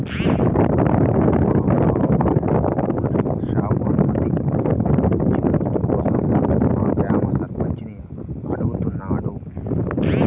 మా బావ వాళ్ళ కూల్ డ్రింక్ షాపు అనుమతి పూచీకత్తు కోసం మా గ్రామ సర్పంచిని అడుగుతున్నాడు